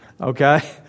Okay